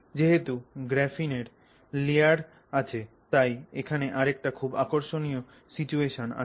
যেহেতু গ্রাফিনের লেয়ার আছে তাই এখানে আরেকটা খুব আকর্ষণীয় সিচুয়েশন আছে